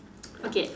okay